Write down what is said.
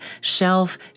shelf